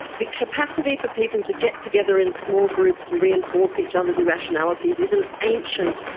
the capacity for people to get together in small groups and reinforce each other's rationality is is an ancient,